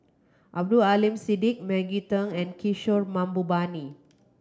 Abdul Aleem Siddique Maggie Teng and Kishore Mahbubani